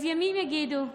אז ימים יגידו.